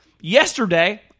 yesterday